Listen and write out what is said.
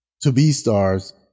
to-be-stars